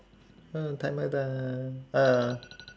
oh timer done ah